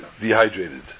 dehydrated